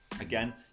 again